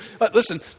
Listen